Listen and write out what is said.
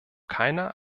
keiner